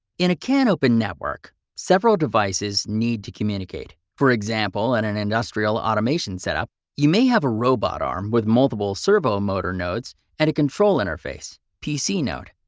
in a canopen network, several devices need to communicate. for example, in and an industrial automation setup you may have a robot arm with multiple servo motor nodes and a control interface pc node.